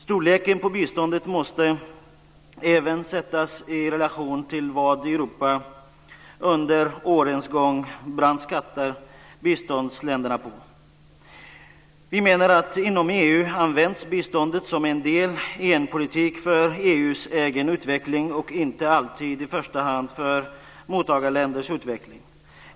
Storleken på biståndet måste även sättas i relation till vad Europa under årens lopp brandskattat biståndsländerna på. Vi menar att inom EU används biståndet som en del i en politik för EU:s egen utveckling och inte alltid i första hand för mottagarländernas utveckling.